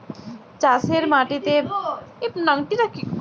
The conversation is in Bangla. চাষের মাটিতে বা খাদ্যে যে পকা লেগে খাবার লষ্ট ক্যরতে পারে